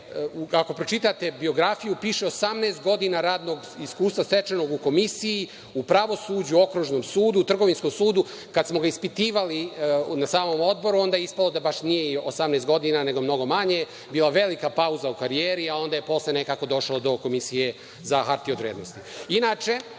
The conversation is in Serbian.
ako pročitate biografiju piše - 18 godina radnog iskustva stečenog u Komisiji, u pravosuđu, u okružnom sudu, trgovinskom sudu, kad smo ga ispitivali na samom Odboru, onda je ispalo da baš nije 18 godina nego mnogo manje. Bila je velika pauza u karijeri, a onda je posle nekako došlo do Komisije za hartije od vrednosti. Zatim,